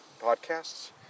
podcasts